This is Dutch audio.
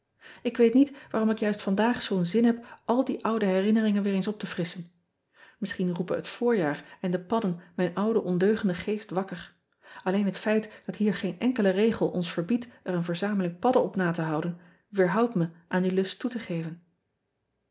k weet niet waarom ik juist vandaag zoo n zin heb al die oude herinneringen weer eens op te frisschen isschien roepen het voorjaar en de padden mijn ouden ondeugenden geest wakker lleen het feit dat hier geen enkele regel ons verbiedt er een verzameling padden op na te houden weerhoudt me aan die lust toe te geven